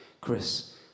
Chris